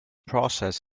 process